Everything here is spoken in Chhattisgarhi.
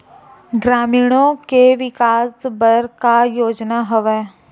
ग्रामीणों के विकास बर का योजना हवय?